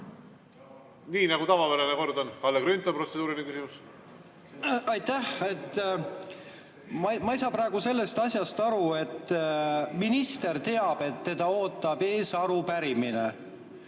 Nii, nagu tavapärane kord on. Kalle Grünthal, protseduuriline küsimus. Aitäh! Ma ei saa praegu sellest asjast aru. Minister teab, et teda ootab ees arupärimine,